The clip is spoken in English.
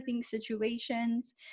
situations